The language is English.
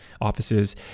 offices